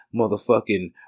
motherfucking